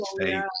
state